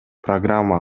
программа